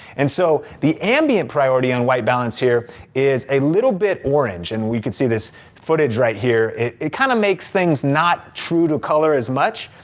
and so, the ambient priority on white balance here is a little bit orange. and we can see this footage right here. it it kind of makes things not true to color as much.